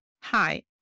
Hi